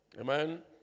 Amen